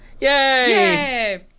yay